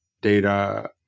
data